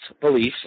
beliefs